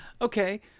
okay